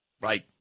Right